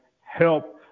help